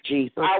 Jesus